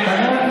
חברים.